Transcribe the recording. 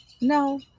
No